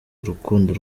urukundo